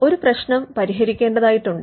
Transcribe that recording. ഒരു പ്രശ്നം പരിഹരിക്കേണ്ടതായിട്ടുണ്ട്